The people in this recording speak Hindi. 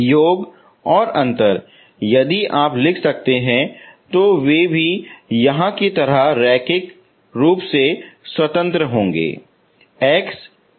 योग और अंतर यदि आप लिख सकते हैं तो वे भी यहां की तरह रैखिक रूप से स्वतंत्र हैं